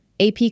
AP